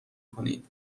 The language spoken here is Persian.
کنید